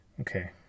Okay